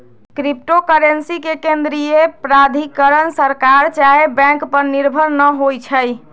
crypto currency के केंद्रीय प्राधिकरण सरकार चाहे बैंक पर निर्भर न होइ छइ